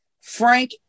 Frank